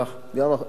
גם עם הגורמים